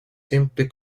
simply